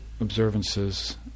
observances